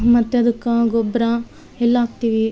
ಮತ್ತು ಅದಕ್ಕೆ ಗೊಬ್ಬರ ಎಲ್ಲ ಹಾಕ್ತಿವಿ